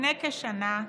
לפני כשנה,